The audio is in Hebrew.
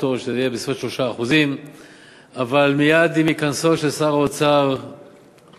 שזה יהיה בסביבות 3%. אבל שר האוצר הנוכחי,